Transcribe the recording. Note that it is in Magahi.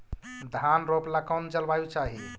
धान रोप ला कौन जलवायु चाही?